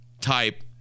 type